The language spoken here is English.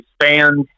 expand